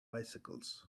bicycles